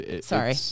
sorry